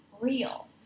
real